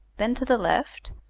then to the left,